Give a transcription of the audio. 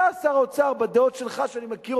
אתה, שר האוצר, בדעות שלך שאני מכיר,